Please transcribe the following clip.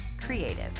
creative